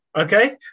okay